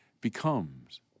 becomes